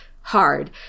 Hard